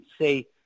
say